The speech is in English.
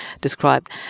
described